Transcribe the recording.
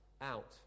out